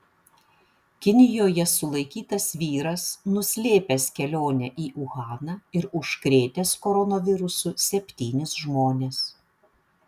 kinijoje sulaikytas vyras nuslėpęs kelionę į uhaną ir užkrėtęs koronavirusu septynis žmones